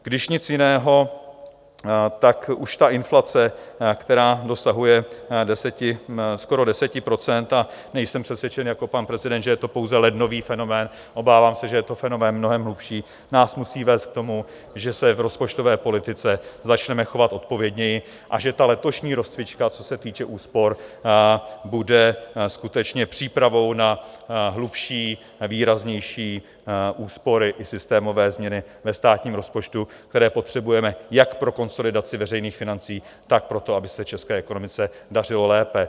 Když nic jiného, tak už ta inflace, která dosahuje skoro 10 % a nejsem přesvědčen jako pan prezident, že je to pouze lednový fenomén, obávám se, že je to fenomén mnohem hlubší , nás musí vést k tomu, že se v rozpočtové politice začneme chovat odpovědněji a že ta letošní rozcvička, co se týče úspor, bude skutečně přípravou na hlubší, výraznější úspory i systémové změny ve státním rozpočtu, které potřebujeme jak pro konsolidaci veřejných financí, tak proto, aby se české ekonomice dařilo lépe.